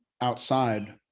outside